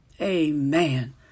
Amen